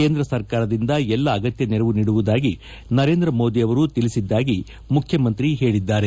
ಕೇಂದ್ರ ಸರ್ಕಾರದಿಂದ ಎಲ್ಲ ಅಗತ್ಯ ನೆರವು ನೀಡುವುದಾಗಿ ನರೇಂದ್ರ ಮೋದಿ ಅವರು ತಿಳಿಸಿದ್ದಾಗಿ ಹೇಳಿದ್ದಾರೆ